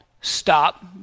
stop